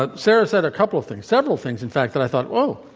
but sara said a couple of things, several things in fact that i thought, oh,